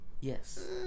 Yes